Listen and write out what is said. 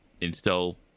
install